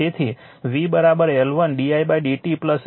તેથી v L1 di dt M